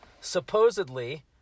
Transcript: Supposedly